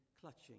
clutching